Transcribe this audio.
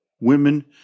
women